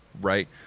Right